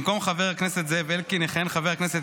במקום חבר הכנסת זאב אלקין יכהן חבר הכנסת